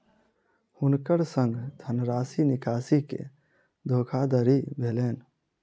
हुनकर संग धनराशि निकासी के धोखादड़ी भेलैन